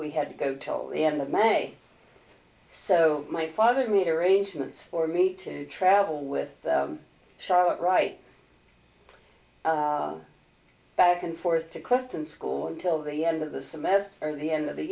we had to go till the end of may so my father made arrangements for me to travel with charlotte right back and forth to clifton school until the end of the semester or the end of the